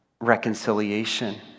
reconciliation